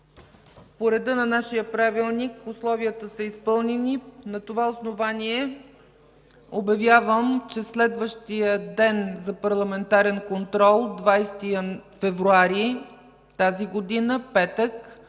По реда на нашия Правилник условията са изпълнени и на това основание обявявам, че следващият ден за парламентарен контрол – 20 февруари 2015 г., петък,